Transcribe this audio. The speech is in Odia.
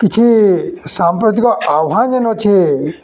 କିଛି ସାମ୍ପ୍ରତିକ ଆହ୍ଵାନ ଯେନ୍ ଅଛେ